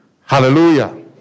Hallelujah